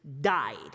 died